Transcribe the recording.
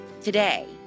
today